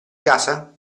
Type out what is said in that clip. casa